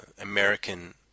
American